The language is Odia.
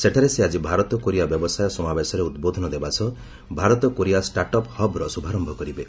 ସେଠାରେ ସେ ଆଜି ଭାରତ କୋରିଆ ବ୍ୟବସାୟ ସମାବେଶରେ ଉଦ୍ବୋଧନ ଦେବା ସହ ଭାରତ କୋରିଆ ଷ୍ଟାର୍ଟ୍ ଅପ୍ ହବ୍ର ଶୁଭାରମ୍ଭ କରିବେ